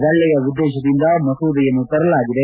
ಒಳ್ಳೆಯ ಉದ್ಲೇಶದಿಂದ ಮಸೂದೆಯನ್ನು ತರಲಾಗಿದೆ